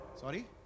Sorry